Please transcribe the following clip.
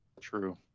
True